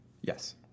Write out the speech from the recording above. Yes